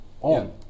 on